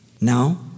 Now